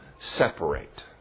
separate